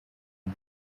onu